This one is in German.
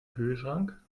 kühlschrank